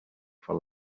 for